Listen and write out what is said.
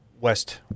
West